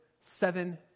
seven